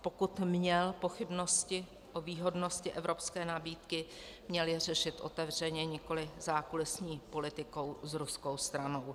Pokud měl pochybnosti o výhodnosti evropské nabídky, měl je řešit otevřeně, nikoliv zákulisní politikou s ruskou stranou.